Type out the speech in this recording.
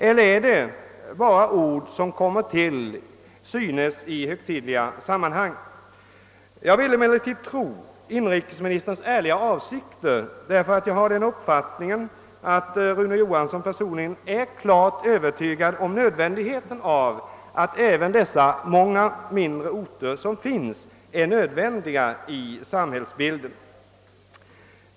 Eller är det bara ord som kommer till uttryck i högtidliga sammanhang? Jag vill emellertid tro på inrikesministerns ärliga avsikter, eftersom jag har den uppfattningen att Rune Johansson personligen är klart övertygad om att även dessa många mindre orter är nödvändiga i samhällsbilden.